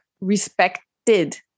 respected